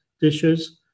dishes